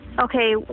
Okay